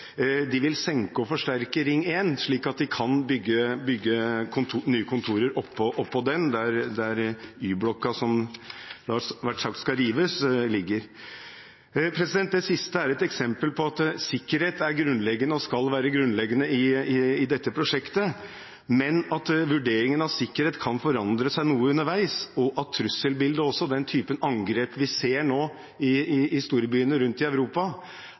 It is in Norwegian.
De vil senke og forsterke Ring 1, slik at de kan bygge nye kontorer oppå der hvor Y-blokka ligger, og som det har vært sagt skal rives. Det siste er et eksempel på at sikkerhet er og skal være grunnleggende i prosjektet, men at vurderingen av sikkerhet kan forandre seg noe underveis. Trusselbildet og den typen angrep som vi nå ser i de store byene rundt i Europa,